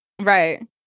right